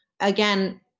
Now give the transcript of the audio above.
again